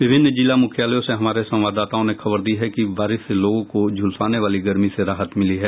विभिन्न जिला मुख्यालयों से हमारे संवाददाताओं ने खबर दी है कि बारिश से लोगों को झुलसाने वाली गर्मी से राहत मिली है